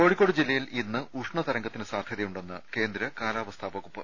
കോഴിക്കോട് ജില്ലയിൽ ഇന്ന് ഉഷ്ണതരംഗത്തിന് സാധ്യതയു ണ്ടെന്ന് കേന്ദ്ര കാലാവസ്ഥാ വകുപ്പ്